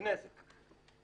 היא נזק.